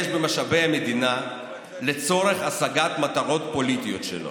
במשאבי המדינה לצורך השגת מטרות פוליטיות שלו.